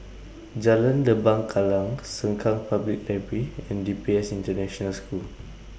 Jalan Lembah Kallang Sengkang Public Library and D P S International School